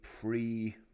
pre